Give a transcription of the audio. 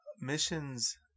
missions